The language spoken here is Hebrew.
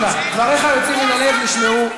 דבריך היוצאים מן הלב נשמעו.